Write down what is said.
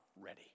ready